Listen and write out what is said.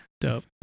Dope